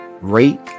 Rate